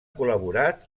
col·laborat